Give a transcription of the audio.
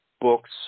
books